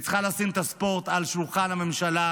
והיא צריכה לשים את הספורט על שולחן הממשלה,